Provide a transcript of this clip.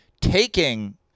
taking